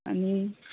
आनी